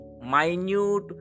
minute